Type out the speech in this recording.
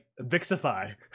Vixify